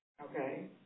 Okay